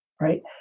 right